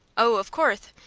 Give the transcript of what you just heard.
oh, of courth,